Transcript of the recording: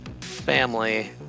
family